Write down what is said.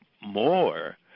more